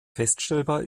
feststellbar